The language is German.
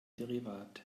derivat